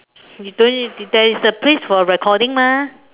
you don't need there is a place for recording mah